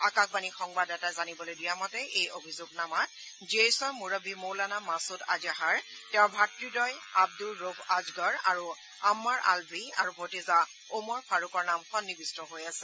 আকাশবাণীৰ সংবাদদাতাই জানিবলৈ দিয়া মতে এই অভিযোগনামাত জেইছৰ মুৰববী মৌলানা মাছুদ আজাহাৰ তেওঁৰ ভাতৃদ্বয় আব্দুৰ ৰৌফ আজগৰ আৰু আম্মাৰ আলভী আৰু ভতিজা ওমৰ ফাৰুকৰ নাম সন্নিবিষ্ট হৈ আছে